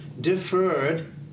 deferred